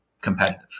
competitive